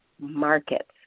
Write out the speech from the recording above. markets